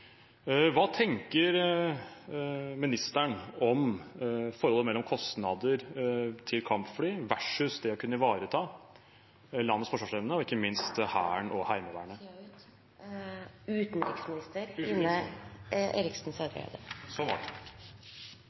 Hva tenker ministeren om forholdet kostnader til kampfly versus det å kunne ivareta landets forsvarsevne og ikke minst Hæren og Heimevernet? Tiden er ute. Utenriks minister Ine M. Eriksen Søreide. Utenriksminister heter det,